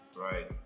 Right